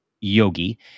yogi